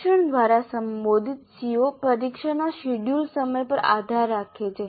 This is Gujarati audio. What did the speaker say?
પરીક્ષણ દ્વારા સંબોધિત CO પરીક્ષાના શેડ્યૂલ સમય પર આધાર રાખે છે